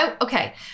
Okay